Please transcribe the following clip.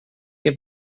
que